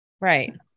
Right